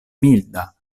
milda